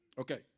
Okay